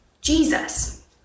Jesus